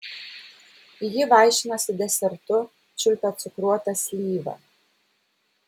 ji vaišinosi desertu čiulpė cukruotą slyvą